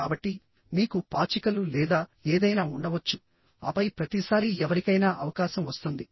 కాబట్టి మీకు పాచికలు లేదా ఏదైనా ఉండవచ్చు ఆపై ప్రతిసారీ ఎవరికైనా అవకాశం వస్తుంది